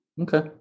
Okay